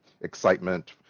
excitement